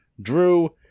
Drew